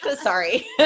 sorry